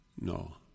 No